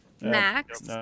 Max